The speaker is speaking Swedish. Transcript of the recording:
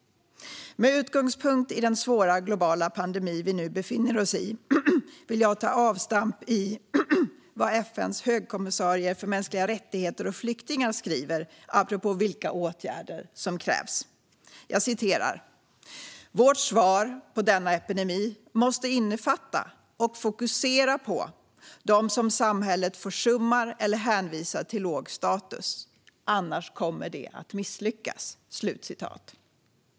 Med utgångspunkt i den svåra och globala pandemi som vi nu befinner oss i vill jag ta avstamp i vad FN:s högkommissarie för mänskliga rättigheter och flyktingar skriver, apropå vilka åtgärder som krävs, nämligen: Vårt svar på denna epidemi måste innefatta och fokusera på dem som samhället försummar eller hänvisar till låg status, annars kommer det att misslyckas.